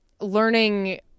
learning